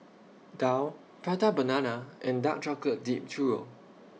Daal Prata Banana and Dark Chocolate Dipped Churro